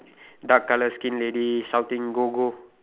dark colour skin lady shouting go go